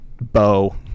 bow